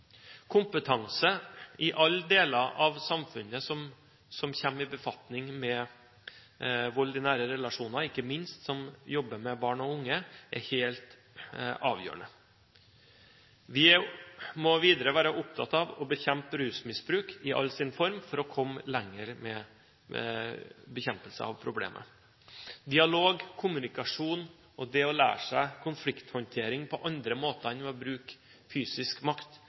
Kompetanse i alle deler av samfunnet som kommer i befatning med vold i nære relasjoner, ikke minst de som jobber med barn og unge, er helt avgjørende. Vi må videre være opptatt av å bekjempe rusmisbruk i all sin form for å komme lenger i bekjempelsen av problemet. Dialog, kommunikasjon og det å lære seg konflikthåndtering på andre måter enn ved å bruke fysisk makt